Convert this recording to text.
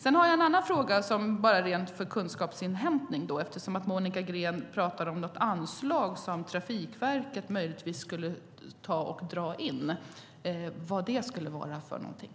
Sedan har jag en annan fråga som bara handlar om kunskapsinhämtning. Monica Green pratade om något anslag som Trafikverket möjligtvis skulle dra in. Vad skulle det vara för någonting?